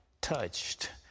touched